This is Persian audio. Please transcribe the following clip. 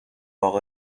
اقا